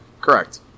Correct